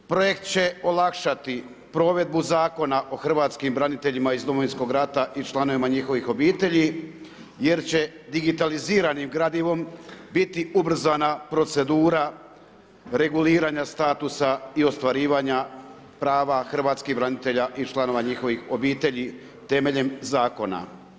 Projekt će olakšati provedbu Zakona o hrvatskim braniteljima iz Domovinskog rata i članovima njihovih obitelji jer će digitaliziranim gradivom biti ubrzana procedura reguliranja statusa i ostvarivanja prava hrvatskih branitelja i članova njihovih obitelji temeljem zakona.